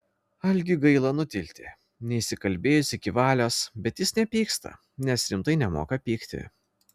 algiui gaila nutilti neišsikalbėjus iki valios bet jis nepyksta nes rimtai nemoka pykti